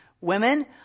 Women